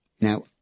Now